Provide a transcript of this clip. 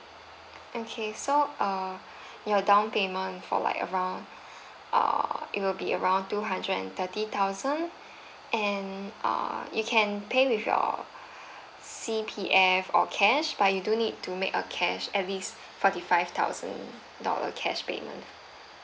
okay so err your down payment for like around err it will be around two hundred and thirty thousand and err you can pay with your C_P_F or cash but you do need to make a cash at least forty five thousand dollar cash payment